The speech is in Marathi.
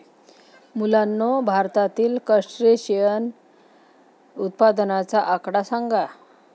मुलांनो, भारतातील क्रस्टेशियन उत्पादनाचा आकडा सांगा?